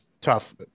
tough